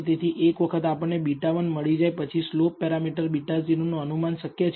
તેથી એક વખત આપણને β1 મળી જાય પછી સ્લોપ પેરામીટર β0 નુ અનુમાન શક્ય છે